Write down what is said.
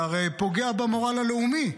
זה הרי פוגע במורל הלאומי.